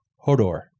Hodor